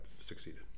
succeeded